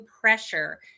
pressure